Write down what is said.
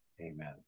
Amen